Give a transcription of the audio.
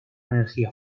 energía